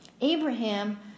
Abraham